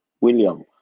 William